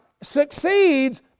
succeeds